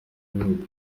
bihugu